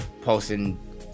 posting